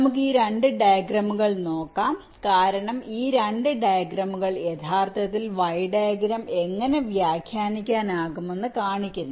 നമുക്ക് ഈ 2 ഡയഗ്രാമുകൾ നോക്കാം കാരണം ഈ 2 ഡയഗ്രമുകൾ യഥാർത്ഥത്തിൽ Y ഡയഗ്രം എങ്ങനെ വ്യാഖ്യാനിക്കാനാകുമെന്ന് കാണിക്കുന്നു